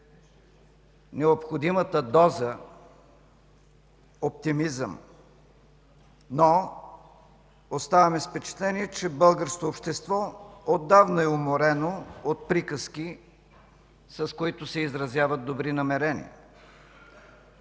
необходимата доза оптимизъм? Но оставаме с впечатление, че българското общество отдавна е уморено от приказки, с които се изразяват добри намерения.